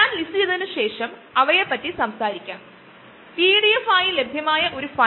ഈ പ്രക്രിയ നടന്നതിന് ശേഷം ഈ പ്രക്രിയ നടക്കാൻ പല വഴിയുണ്ട് ഇതിന്റെ കൂടുതൽ കാര്യങ്ങൾ നമ്മൾ പിന്നീട്ട് കാണും